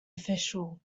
official